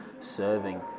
serving